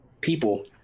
people